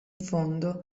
fondo